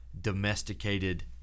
domesticated